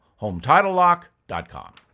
HometitleLock.com